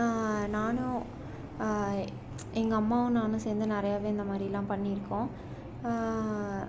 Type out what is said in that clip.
நானும் எங்கள் அம்மாவும் நானும் சேர்ந்து நிறையாவே இந்த மாதிரி எல்லாம் பண்ணியிருக்கோம்